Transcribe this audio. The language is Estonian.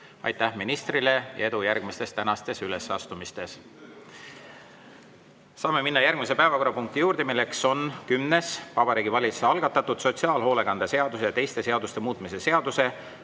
Aitäh ministrile! Edu tänastes järgmistes ülesastumises! Saame minna järgmise päevakorrapunkti juurde, mis on kümnes: Vabariigi Valitsuse algatatud sotsiaalhoolekande seaduse ja teiste seaduste muutmise seaduse